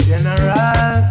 General